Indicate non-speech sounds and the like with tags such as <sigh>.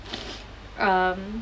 <noise> um